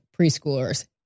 preschoolers